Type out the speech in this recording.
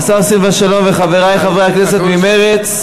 השר סילבן שלום וחברי חברי הכנסת ממרצ,